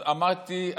אמרתי,